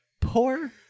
Poor